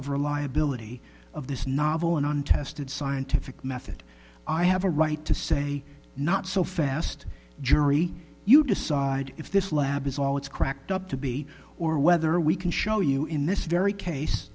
of reliability of this novel and untested scientific method i have a right to say not so fast jury you decide if this lab is all it's cracked up to be or whether we can show you in this very case